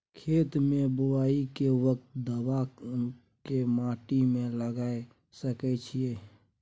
खेत के बुआई के वक्त दबाय के माटी में मिलाय सके छिये?